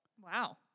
Wow